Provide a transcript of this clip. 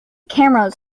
cameras